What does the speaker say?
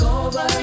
over